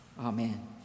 Amen